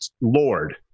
lord